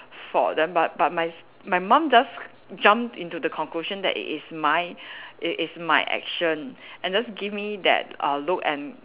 fault then but but my my mum just jumped into the conclusion that it is my it is my action and just give me that uh look and